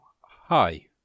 hi